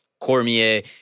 Cormier